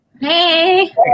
Hey